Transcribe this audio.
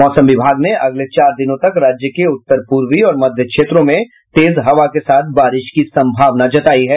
मौसम विभाग ने अगले चार दिनों तक राज्य के उत्तर पूर्वी और मध्य क्षेत्रों में तेज हवा के साथ बारिश की सम्भावना जतायी है